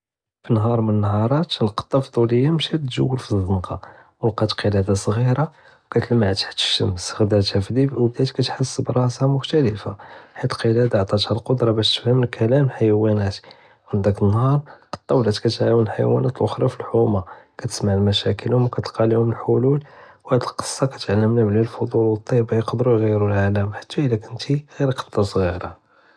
פנהאר מ נהאראת, לקטה בטוליה משל תתג'ול פזנקה, לקאת קרדה סכירא ובדת כתחס ברס'ה מוכתליפה, חית אלקרדה עטאתה אלכודרה בש תתפם קלם אלח'יואנות, מן דאק אלנהאר אלקטה ולט כתעאוון אלח'יואנות אלאוחרה פלחומה, כתסמע אלמשקלתם וכתלקא ליהום אלח'לול, הד אלקסה כתעלמנה מינها אלטיבה אלחוב ואלטיבה יקדראו עלאם חתא וילה כתת ג'יר לקטה סכירא.